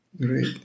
Great